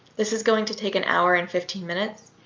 this is going to take an hour and fifteen minutes.